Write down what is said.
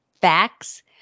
facts